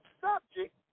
subject